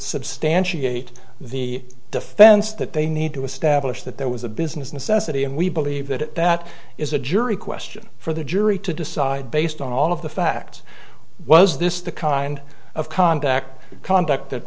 substantiate the defense that they need to establish that there was a business necessity and we believe that that is a jury question for the jury to decide based on all of the facts was this the kind of contact conduct that